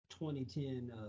2010